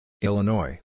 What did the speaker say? Illinois